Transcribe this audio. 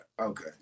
Okay